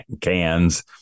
cans